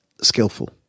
skillful